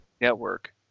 network